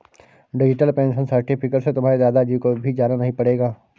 digital pension certificate से तुम्हारे दादा जी को भी जाना नहीं पड़ेगा